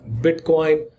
Bitcoin